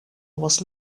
was